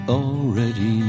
already